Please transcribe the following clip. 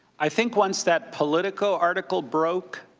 i think once that politico article broke,